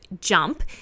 jump